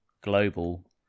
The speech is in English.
global